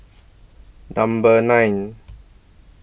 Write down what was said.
Number nine